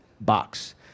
box